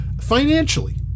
financially